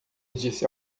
disse